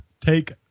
Take